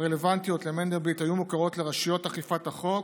הרלוונטיות למנדלבליט היו מוכרות לרשויות אכיפת החוק